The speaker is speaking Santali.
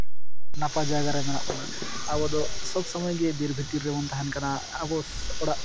ᱱᱟᱯᱟᱭ ᱡᱟᱭᱜᱟ ᱨᱮ ᱢᱮᱱᱟᱜ ᱵᱚᱱᱟ ᱟᱵᱚ ᱫᱚ ᱥᱚᱵᱽ ᱥᱚᱢᱚᱭ ᱜᱮ ᱵᱤᱨ ᱵᱷᱤᱛᱤᱨ ᱨᱮ ᱨᱮᱵᱚᱱ ᱛᱟᱦᱮᱱ ᱠᱟᱱᱟ ᱟᱵᱚ ᱚᱲᱟᱜ